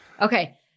Okay